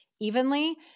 evenly